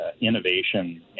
innovation